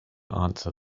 answer